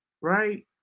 Right